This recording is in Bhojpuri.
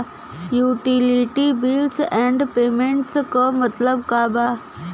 यूटिलिटी बिल्स एण्ड पेमेंटस क मतलब का बा?